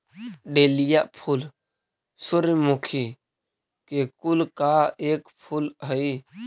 dahlia फूल सूर्यमुखी के कुल का एक फूल हई